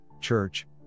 church